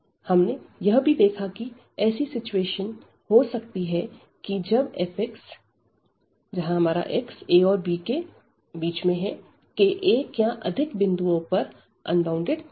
हमने यह भी देखा की ऐसी भी सिचुएशन हो सकती है कि जब fx axb के एक या अधिक बिंदुओं पर अनबॉउंडेड हो